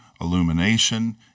illumination